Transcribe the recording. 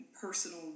personal